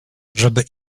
żeby